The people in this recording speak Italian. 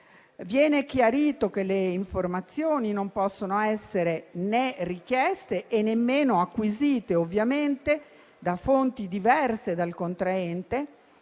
Viene chiarito che le informazioni non possono essere né richieste e nemmeno acquisite da fonti diverse dal contraente